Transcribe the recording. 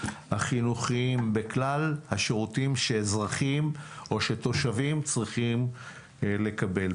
החינוכיים בכלל השירותים שאזרחים או שתושבים צריכים לקבל.